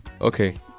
Okay